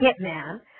hitman